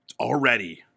Already